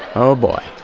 oh boy.